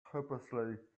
hopelessly